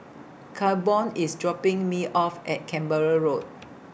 Claiborne IS dropping Me off At Canberra Road